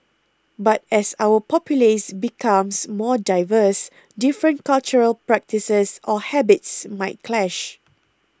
but as our populace becomes more diverse different cultural practices or habits might clash